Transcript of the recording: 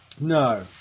No